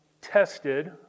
tested